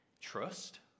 Trust